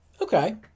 Okay